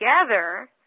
together